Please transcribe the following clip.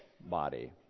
body